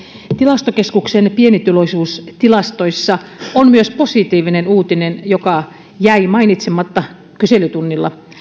tilastokeskuksen pienituloisuustilastoissa on myös positiivinen uutinen joka jäi mainitsematta kyselytunnilla